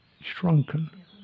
shrunken